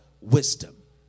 wisdom